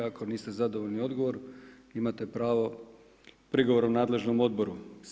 Ako niste zadovoljni odgovorom imate pravo prigovora nadležnom odboru.